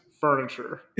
furniture